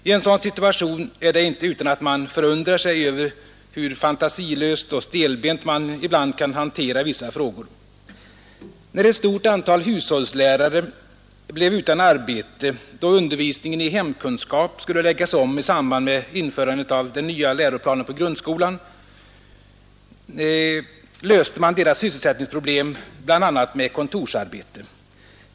I en sådan situation är det inte utan att man förundrar sig över hur fantasilöst och stelbent vissa frågor ibland hanteras. När ett stort antal hushållslärare blev utan arbete då undervisningen i hemkunskap skulle läggas om i samband med införandet av en ny läroplan för grundskolan, löste man deras sysselsättningsproblem bl.a. med kontorsarbete.